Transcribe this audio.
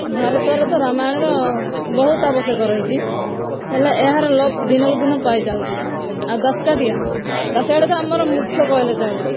ଭାରତରେ ତ ରାମାୟଣର ବହୁତ ଆବଶ୍ୟକ ରହିଛି ହେଲେ ଏହାର ଲୋପ ଦିନକୁ ଦିନ ପାଇଯାଉଛି ଆଉ ଦାସକାଠିଆ ଦାସକାଠିଆ ତ ଆମର ମୁଖ୍ୟ କହିଲେ ଚଳେ